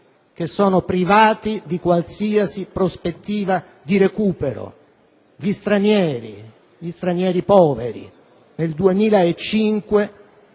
privati di qualsiasi prospettiva di recupero e gli stranieri, gli stranieri poveri. Nel 2005,